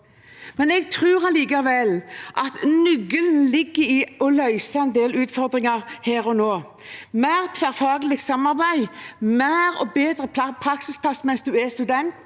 Jeg tror likevel at nøkkelen ligger i å løse en del utfordringer her og nå: Mer tverrfaglig samarbeid, mer og bedre praksisplass mens man er student,